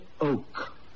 oak